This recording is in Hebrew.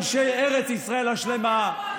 אנשי ארץ ישראל השלמה,